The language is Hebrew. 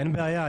אין בעיה.